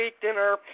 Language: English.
dinner